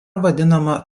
vadinama